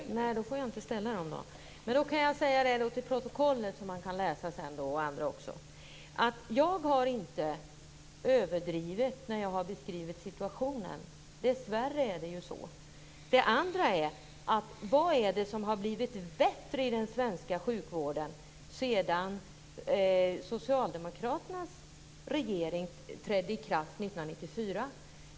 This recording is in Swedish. Fru talman! Då får jag inte ställa dem. Men jag kan säga till protokollet så att han och också andra kan läsa det sedan: Jag har inte överdrivit när jag har beskrivit situationen. Dessvärre är det så. Vad är det som har blivit bättre i den svenska sjukvården sedan den socialdemokratiska regeringen tillträdde år 1994?